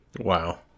Wow